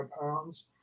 pounds